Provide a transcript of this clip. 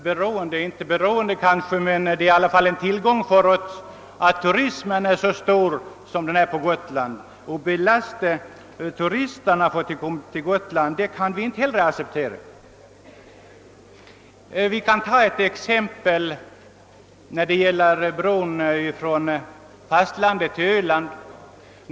Men för oss är det i alla fall en tillgång att turismen är så stor som den är på Gotland, och vi kan inte acceptera att även gotlandsturisterna belastas på detta sätt. Vi kan jämföra med bron mellan fastlandet och Öland.